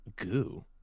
Goo